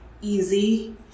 easy